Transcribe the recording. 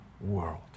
world